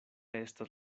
estas